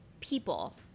People